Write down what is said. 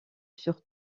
sur